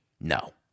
no